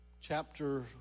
chapter